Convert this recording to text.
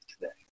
today